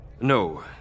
No